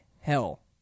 hell